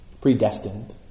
Predestined